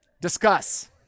discuss